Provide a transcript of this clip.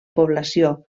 població